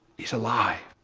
he's alive.